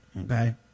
Okay